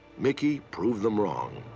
mickey proved them wrong.